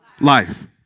life